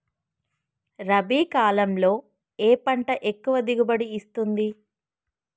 రబీ కాలంలో ఏ పంట ఎక్కువ దిగుబడి ఇస్తుంది?